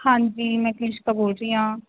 ਹਾਂਜੀ ਮੈਂ ਕਨਿਸ਼ਕਾ ਬੋਲ ਰਹੀ ਹਾਂ